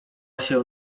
się